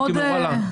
הייתי אומר: וואלה,